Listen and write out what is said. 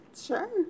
Sure